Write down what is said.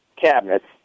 cabinets